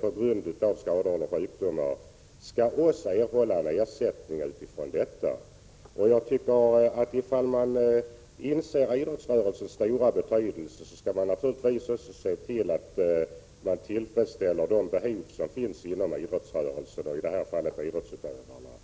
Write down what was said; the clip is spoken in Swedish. på grund av skada eller sjukdom skall erhålla ersättning. Ifall man inser idrottsrörelsens stora betydelse, skall man naturligtvis också tillfredsställa de behov som finns inom den, i detta sammanhang idrottsutövarnas egna behov.